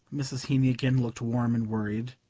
mrs. heeny again looked warm and worried.